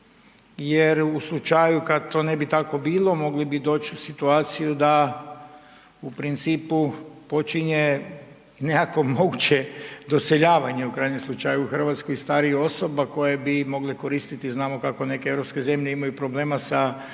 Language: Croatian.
jer u slučaju kada to ne tako bilo mogli bi doći u situaciju da u principu počinje nekakvo moguće doseljavanje u krajnjem slučaju u Hrvatsku starijih osoba koje bi mogle koristiti, znamo kako neke europske zemlje imaju problema sa socijalnim